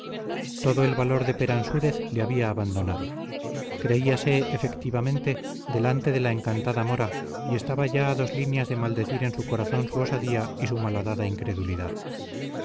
todo el valor de peransúrez le había abandonado creíase efectivamente delante de la encantada mora y estaba ya a dos líneas de maldecir en su corazón su osadía y su malhadada incredulidad